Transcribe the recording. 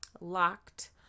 locked